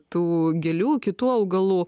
tų gėlių kitų augalų